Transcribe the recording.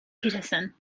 peterson